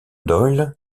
doyle